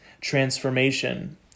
transformation